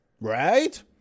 right